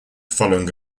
following